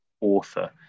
author